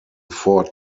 four